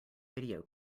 video